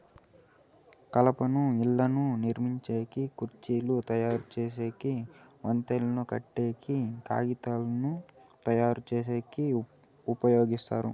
కలపను ఇళ్ళను నిర్మించేకి, కుర్చీలు తయరు చేసేకి, వంతెనలు కట్టేకి, కాగితంను తయారుచేసేకి ఉపయోగిస్తారు